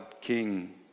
king